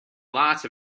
lots